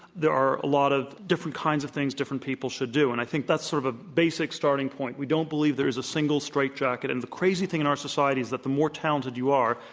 there are a lot of different kinds of things different people should do. and i think that's that's sort of a basicstarting point. we don't believe there is a single straight jacket. and the crazy thing in our society is that the more talented you are,